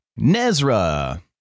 Nezra